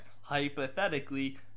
hypothetically